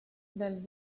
del